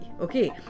okay